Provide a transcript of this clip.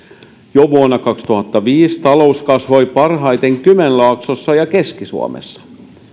jo vuonna kaksituhattaviisi talous kasvoi parhaiten kymenlaaksossa ja keski suomessa